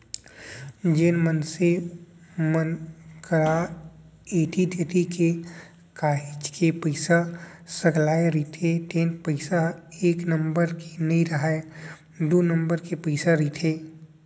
जेन मनसे मन करा ऐती तेती ले काहेच के पइसा सकलाय रहिथे तेन पइसा ह एक नंबर के नइ राहय सब दू नंबर के पइसा रहिथे